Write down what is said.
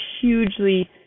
hugely